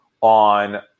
on